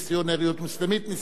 מיסיונריות נוצרית.